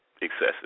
excessive